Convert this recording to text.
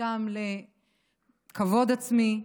בזכותם לכבוד עצמי.